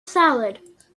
salad